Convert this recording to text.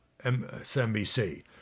MSNBC